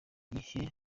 gihe